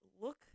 look